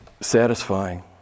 satisfying